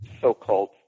so-called